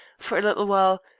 for a little while,